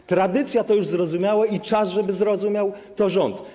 Ta tradycja jest już zrozumiała i czas, żeby zrozumiał to rząd.